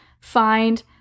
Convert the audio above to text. find